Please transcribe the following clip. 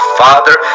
father